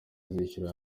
azishyura